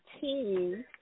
team